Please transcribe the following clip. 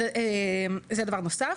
זה דבר נוסף.